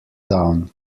down